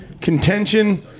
contention